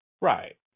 Right